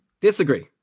Disagree